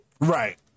Right